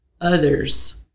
others